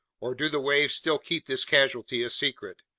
or do the waves still keep this casualty a secret?